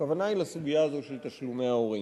והכוונה לסוגיה הזו של תשלומי ההורים.